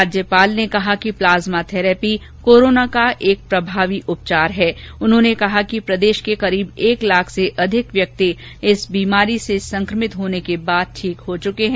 राज्यपाल ने कहा कि प्लाज्मा थैरेपी कोरोना का एक प्रभावी उपचार हैं उन्होंने कहा कि प्रदेश के लगभग एक लाख से अधिक व्यक्ति इस बीमारी से संक्रमित होने के बाद ठीक हो चुके हैं